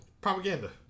Propaganda